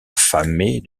affamés